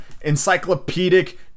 encyclopedic